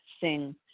sing